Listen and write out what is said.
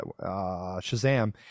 shazam